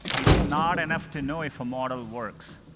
it's not enough to know if a model works.